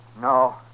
No